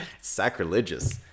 sacrilegious